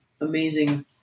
amazing